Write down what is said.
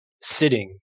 sitting